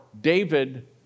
David